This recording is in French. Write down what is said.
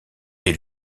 est